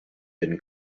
been